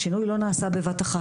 שינוי לא נעשה בבת אחת,